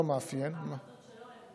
מאוד קשים,